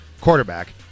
quarterback